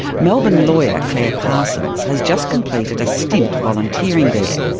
melbourne lawyer clare parsons has just completed a stint volunteering there.